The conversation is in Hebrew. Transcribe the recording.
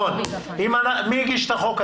נציגת משרד הביטחון, מי הגיש את החוק?